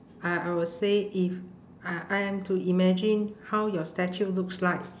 I I would say if I I am to imagine how your statue looks like